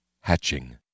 HATCHING